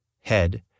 head